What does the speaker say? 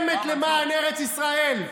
שנלחמת למען ארץ ישראל.